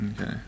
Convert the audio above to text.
Okay